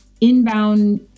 inbound